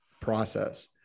process